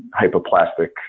Hypoplastic